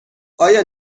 آیا